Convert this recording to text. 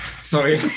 Sorry